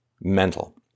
mental